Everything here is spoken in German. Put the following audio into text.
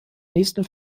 nächsten